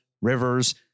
rivers